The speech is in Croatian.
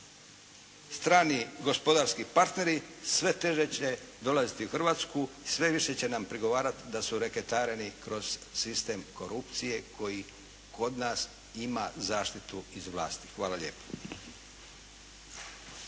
strani gospodarski partneri sve teže će dolaziti u Hrvatsku i sve više će nam prigovarati da su reketareni kroz sistem korupcije koji kod nas ima zaštitu iz vlasti. Hvala lijepo.